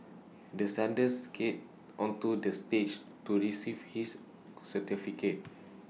the Sunday skated onto the stage to receive his certificate